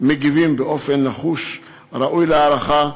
מגיבים באופן נחוש, ראוי להערכה,